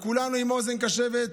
כולנו עם אוזן קשבת.